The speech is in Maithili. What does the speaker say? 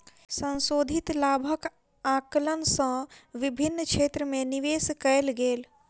संशोधित लाभक आंकलन सँ विभिन्न क्षेत्र में निवेश कयल गेल